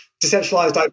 decentralized